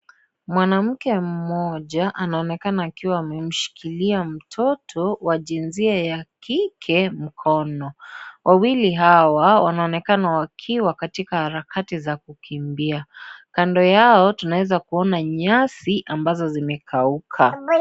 Mwanamke mmoja anaonekana akiwa amemshikilia mtoto wa jinsia ya kike mkono. Wawili hawa wanaonekana wakiwa katika harakati za kukimbia. Kando yao tunaweza kuona nyasi ambazo zimekauka.